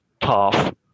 tough